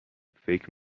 فکر